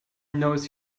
knows